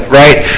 right